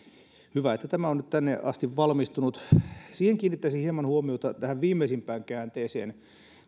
hyvä että tämä on nyt tänne asti valmistunut kiinnittäisin hieman huomiota tähän viimeisimpään käänteeseen